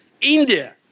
India